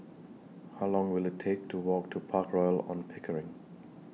How Long Will IT Take to Walk to Park Royal on Pickering